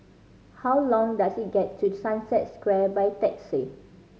how long does it get to Sunset Square by taxi